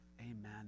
amen